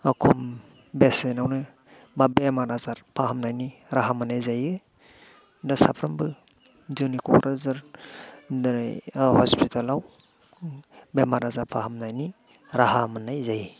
खम बेसेनावनो बेराम आजार फाहामनो मोननाय जायो दा साफ्रोमबो जोंनि क'क्राझार दिनै हस्पिटेल आव बेराम आजार फाहामनाय राहा मोननाय जायो